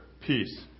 peace